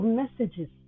messages